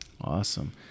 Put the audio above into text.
Awesome